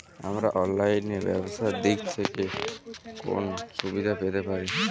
আমরা অনলাইনে ব্যবসার দিক থেকে কোন সুবিধা পেতে পারি?